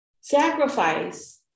sacrifice